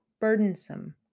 burdensome